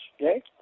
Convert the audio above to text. okay